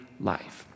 life